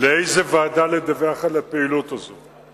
לאיזו ועדה לדווח על הפעילות הזאת.